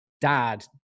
dad